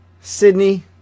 Sydney